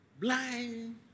blind